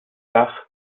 dach